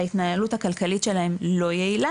וההתנהלות הכלכלית שלהן לא יעילה,